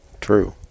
True